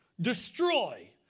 destroy